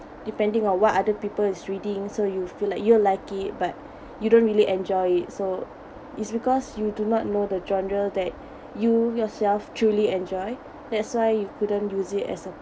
depending on what other people is reading so you feel like you'll like it but you don't really enjoy it so it's because you do not know the genre that you yourself truly enjoy that's why you couldn't use it as a